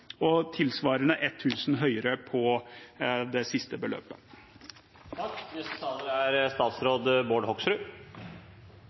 og tilsvarende høyere på det siste beløpet.